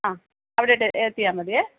ആ അവിടയോട്ട് എത്തിയാൽ മതിയേ